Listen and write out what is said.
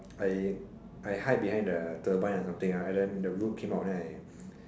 I I hide behind the turbine or something and then the came out and then I